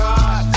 God